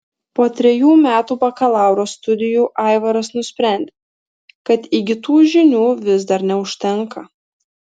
po trejų metų bakalauro studijų aivaras nusprendė kad įgytų žinių vis dar neužtenka